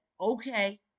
Okay